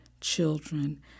children